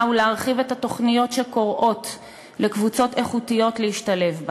ולהרחיב את התוכניות שקוראות לקבוצות איכותיות להשתלב בה,